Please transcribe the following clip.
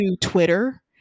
twitter